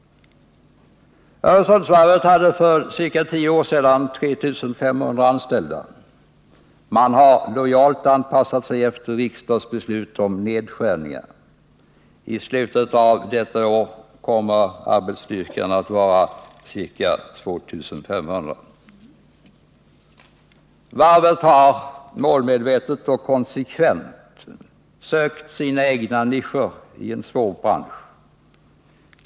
Öresundsvarvet hade för ca tio år sedan 3 500 anställda. Man har lojalt anpassat sig efter riksdagsbeslut om nedskärningar. I slutet av detta år kommer arbetsstyrkan att vara ca 2 500. Varvet har målmedvetet och konsekvent sökt sina egna nischer i en svår bransch.